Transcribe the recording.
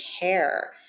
care